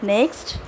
Next